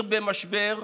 עיר במשבר,